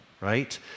right